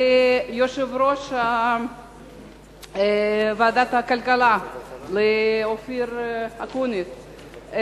ליושב-ראש ועדת הכלכלה אופיר אקוניס,